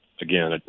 again